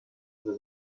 was